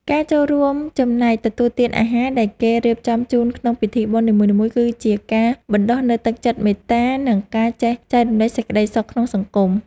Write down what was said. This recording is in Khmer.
ការចូលរួមចំណែកទទួលទានអាហារដែលគេរៀបចំជូនក្នុងពិធីបុណ្យនីមួយៗ គឺជាការបណ្តុះនូវទឹកចិត្តមេត្តា និងការចេះចែករំលែកសេចក្តីសុខក្នុងសង្គម។